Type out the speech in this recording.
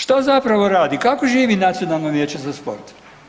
Što zapravo radi, kako živi Nacionalno vijeće za sport?